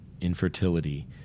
infertility